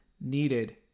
needed